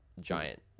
giant